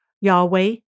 Yahweh